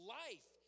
life